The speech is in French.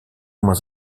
moins